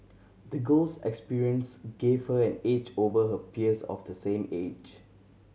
the girl's experience gave her an edge over her peers of the same age